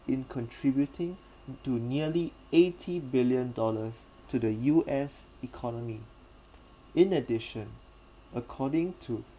in contributing to nearly eighty billion dollars to the U_S economy in addition according to